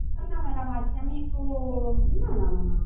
না না ম্যাডাম আজকে আমি একটু না না না না